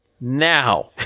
Now